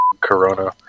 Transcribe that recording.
corona